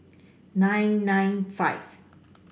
nine nine five